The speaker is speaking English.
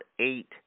eight